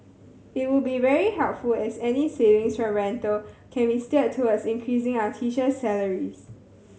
it would be very helpful as any savings from rental can be steered towards increasing our teacher's salaries